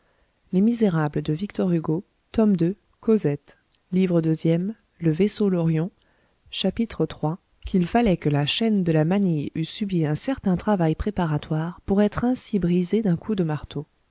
diable chapitre iii qu'il fallait que la chaîne de la manille eut subit un certain travail préparatoire pour être ainsi brisée d'un coup de marteau